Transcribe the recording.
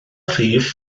rhif